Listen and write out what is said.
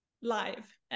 live